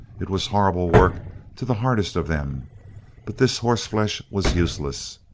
it was horrible work to the hardest of them but this horseflesh was useless.